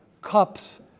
cups